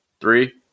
Three